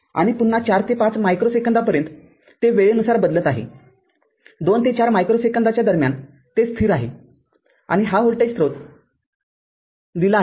आणि पुन्हा ४ ते ५ मायक्रो सेकंदापर्यंतते वेळेनुसार बदलत आहे२ ते ४ मायक्रो सेकंदाच्या दरम्यान ते स्थिर आहे हा व्होल्टेज स्रोत दिला आहे